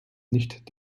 nicht